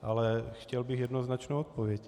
Ale chtěl bych jednoznačnou odpověď.